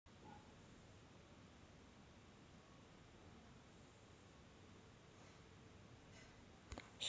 शेवटच्या दहा व्यवहारांच्या मिनी स्टेटमेंट मुळे ग्राहकांना बरीच सुविधा मिळाली आहे